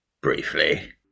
Briefly